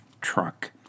truck